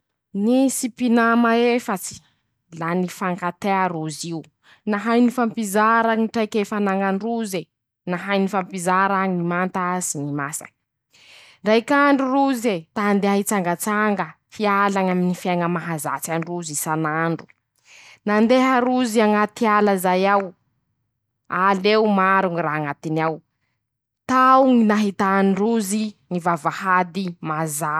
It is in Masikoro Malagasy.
Nisy mpinama efatsy ,la nifankatea rozy io ,nahay nifampizara ñy traikefa anañan-drozy e ,nahay nifampizara ñy manta sy ñy masaky. Ndraiky andro roze ,ta-andeha hitsangatsanga ,hiala ñy aminy ñy fiaiña mahazatsy an-drozy isanandro; nandeha rozy añaty ala zay ao ,al'eo maro ñy raha añatiny ao ,tao ñy nahitan-drozy ñy vavahady mazàva.